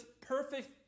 perfect